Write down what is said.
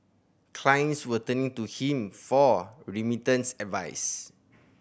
clients were turning to him for remittance advice